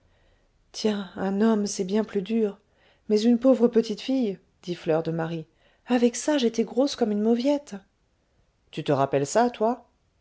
tiens un homme c'est bien plus dur mais une pauvre petite fille dit fleur de marie avec ça j'étais grosse comme une mauviette tu te rappelles ça toi